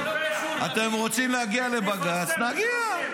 אתם רוצים להגיע לבג"ץ, נגיע.